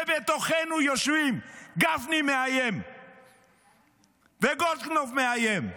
ובתוכנו יושבים, גפני מאיים וגולדקנופ מאיים,